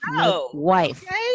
Wife